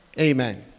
Amen